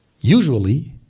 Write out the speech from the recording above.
Usually